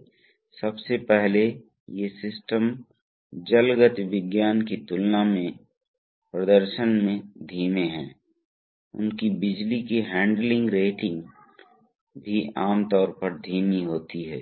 तो आप देख सकते हैं कि क्योंकि नौच V आकार का है इसलिए यदि इसे घुमाया जाए अगर इसे घुमाया जाए तो V के सिरे यहाँ आएँगे यह ऐसा बन जाएगा